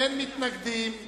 אין מתנגדים.